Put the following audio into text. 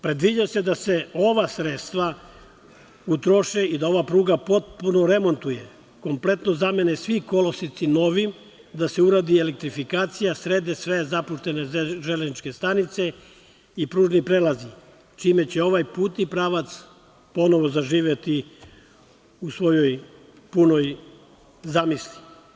Predviđa se da se ova sredstva utroše i da se ova pruga potpuno remontuje, kompletno zamene svi koloseci novim, da se uradi elektrifikacija, srede sve zapuštene železničke stanice i pružni prelazi, čime će ovaj put i pravac ponovo zaživeti u svojoj punoj zamisli.